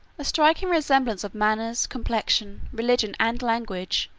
a striking resemblance of manners, complexion, religion, and language,